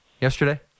yesterday